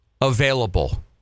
available